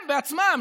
הם עצמם.